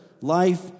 life